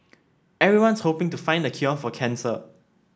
everyone's hoping to find the cure for cancer